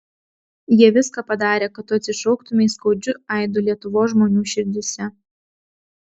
jie viską padarė kad tu atsišauktumei skaudžiu aidu lietuvos žmonių širdyse